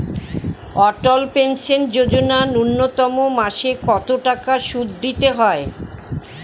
অটল pension যোজনা ন্যূনতম মাসে কত টাকা সুধ দিতে হয়?